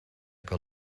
que